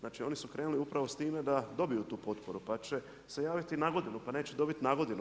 Znači oni su krenuli upravo s time da dobiju tu potporu, pa će se javiti na godinu, pa neće dobiti na godinu.